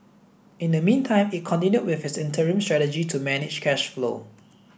in the meantime it continued with its interim strategy to manage cash flow